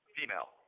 female